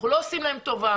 אנחנו לא עושים להם טובה.